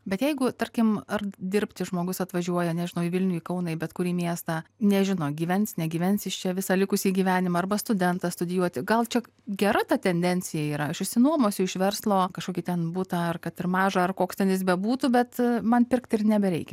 bet jeigu tarkim ar dirbti žmogus atvažiuoja nežinau į vilnių į kauną į bet kurį miestą nežino gyvens negyvens jis čia visą likusį gyvenimą arba studentas studijuoti gal čia gera ta tendencija yra aš išsinuomosiu iš verslo kažkokį ten būtą ar kad ir mažą ar koks ten jis bebūtų bet man pirkt ir nebereikia